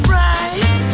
right